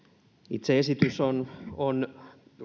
itse esitys on on